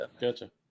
Gotcha